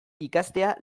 ikastea